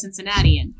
Cincinnatian